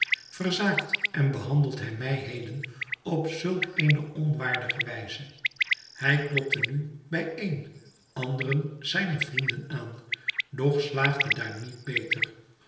verzaakt en behandelt hij mij heden op zulk eene onwaardige wijze hij klopte nu bij een anderen zijner vrienden aan doch slaagde daar niet beter